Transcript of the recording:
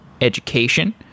education